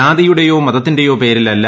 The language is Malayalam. ജാതിയുടെയോ മതത്തിന്റെയോ പേരിലല്ല